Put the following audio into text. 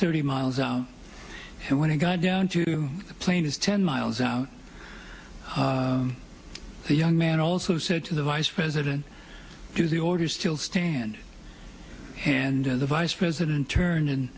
thirty miles out and when i got down to the plane is ten miles out the young man also said to the vice president do the orders still stand and the vice president turned and